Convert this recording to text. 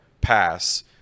pass